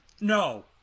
No